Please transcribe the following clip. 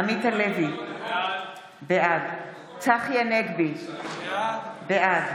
עמית הלוי, בעד צחי הנגבי, בעד